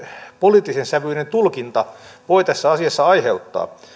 poliittisen sävyinen tulkinta voi tässä asiassa aiheuttaa